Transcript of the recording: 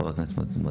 חברת הכנסת מזרסקי,